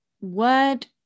word